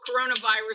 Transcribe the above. coronavirus